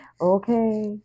okay